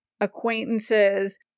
acquaintances